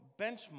benchmark